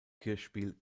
kirchspiel